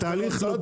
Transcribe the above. צריך